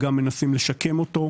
גם מנסים לשקם אותם.